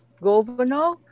governor